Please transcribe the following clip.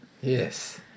Yes